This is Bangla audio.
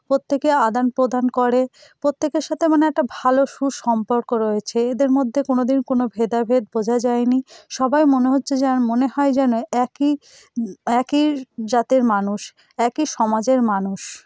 প্রত্যেকে আদানপ্রদান করে প্রত্যেকের সাথে মানে একটা ভালো সুসম্পর্ক রয়েছে এদের মধ্যে কোনো দিন কোনো ভেদাভেদ বোঝা যায়নি সবাই মনে হচ্ছে যে আর মনে হয় যেন একই একই জাতের মানুষ একই সমাজের মানুষ